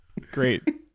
Great